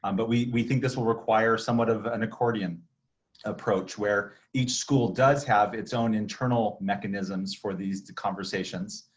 um but we we think this will require somewhat of an accordion approach where each school does have its own internal mechanisms for these conversations.